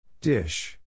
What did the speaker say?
Dish